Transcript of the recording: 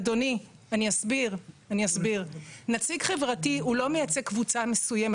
אדוני, נציג חברתי לא מייצג קבוצה מסוימת.